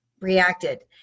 reacted